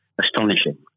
astonishing